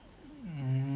mm